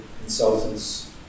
consultants